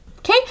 Okay